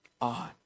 on